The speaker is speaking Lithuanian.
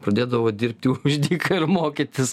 pradėdavo dirbti už dyką ir mokytis